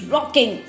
Rocking